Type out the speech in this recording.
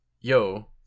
Yo